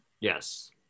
yes